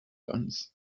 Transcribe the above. dance